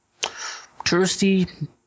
Touristy